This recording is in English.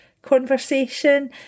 Conversation